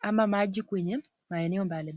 ama maji kwenye maeneo mbalimbali.